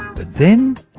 but then,